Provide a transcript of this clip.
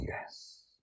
yes